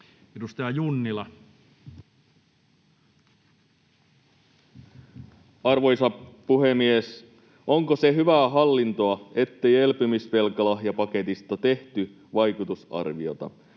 Edustaja Junnila. Arvoisa puhemies! Onko se hyvää hallintoa, ettei elpymisvelkalahjapaketista tehty vaikutusarviota?